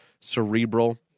cerebral